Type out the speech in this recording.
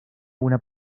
una